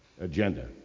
agenda